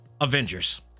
Avengers